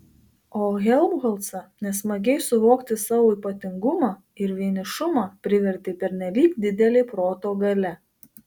o helmholcą nesmagiai suvokti savo ypatingumą ir vienišumą privertė pernelyg didelė proto galia